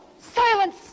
silence